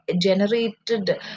generated